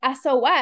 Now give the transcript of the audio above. SOS